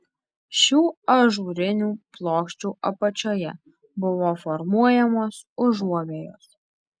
šių ažūrinių plokščių apačioje buvo formuojamos užuovėjos